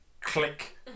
click